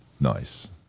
nice